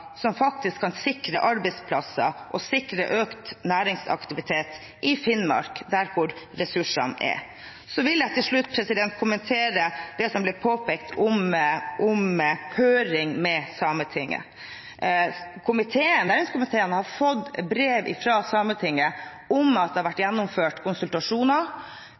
som faktisk kan sikre arbeidsplasser og økt næringsaktivitet i Finnmark, der ressursene er. Til slutt vil jeg kommentere det som ble påpekt om høring med Sametinget. Næringskomiteen har fått brev fra Sametinget om at det har vært gjennomført konsultasjoner.